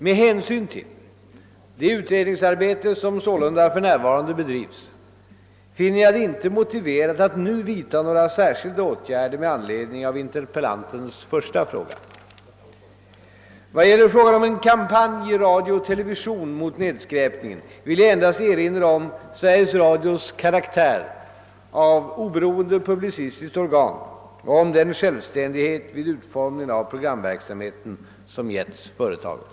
Med hänsyn till det utredningsarbete som sålunda för närvarande bedrivs finner jag det inte motiverat att nu vidta några särskilda åtgärder med anledning av interpellantens första fråga. Vad gäller frågan om en kampanj i radio och television mot nedskräpningen vill jag endast erinra om Sveriges Radios karaktär av oberoende publicistiskt organ och om den självständighet vid utformningen av programverksamheten som getts företaget.